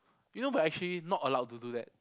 you know we are actually not allowed to do that